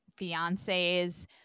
fiancés